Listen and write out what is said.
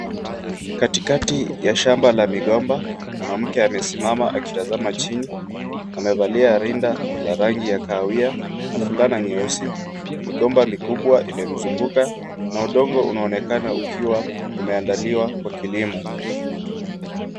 Katikati ya shamba la migomba kuna mtu amesimama akitazama chini, amevalia rinda ya rangi ya kahawia na fulana nyeusi. Migomba mikubwa imemzunguka na udongo inaonekana ukiwa umeandaliwa Kwa kilimo.